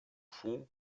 fond